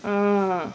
ah